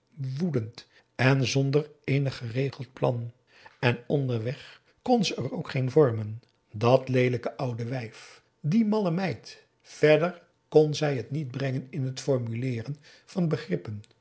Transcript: woedend en zonder eenig geregeld plan en onderweg kon ze er ook geen vormen dat leelijke p a daum hoe hij raad van indië werd onder ps maurits oude wijf die malle meid verder kon zij het niet brengen in t formuleeren van begrippen